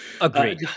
Agreed